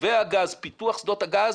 מתווה הגז, פיתוח שדות הגז,